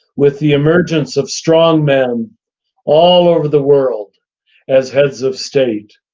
with the emergence of strongmen all over the world as heads of state.